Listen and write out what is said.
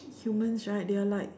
humans right they are like